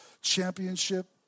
championship